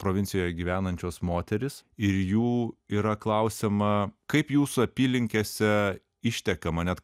provincijoj gyvenančios moterys ir jų yra klausiama kaip jūsų apylinkėse ištekama net